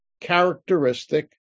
characteristic